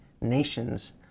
nations